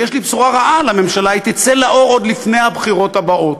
ויש לי בשורה רעה לממשלה: היא תצא לאור עוד לפני הבחירות הבאות.